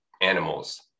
animals